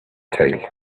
tail